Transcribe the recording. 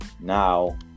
now